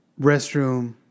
restroom